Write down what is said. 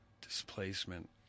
displacement